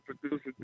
Producer